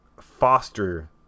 foster